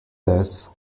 this